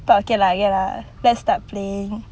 but okay okay lah let's start playing